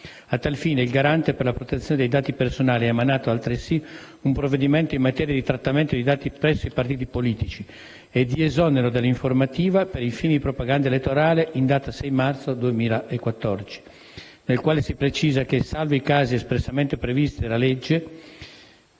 A tal fine, il Garante per la protezione dei dati personali ha emanato, altresì, un provvedimento in materia di trattamento di dati presso i partiti politici e di esonero dall'informativa per fini di propaganda elettorale in data 6 marzo 2014, nel quale si precisa che, salvo i casi espressamente previsti dalla legge